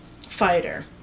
fighter